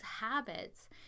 habits